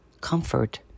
comfort